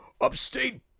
upstate